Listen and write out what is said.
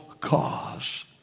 cause